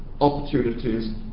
opportunities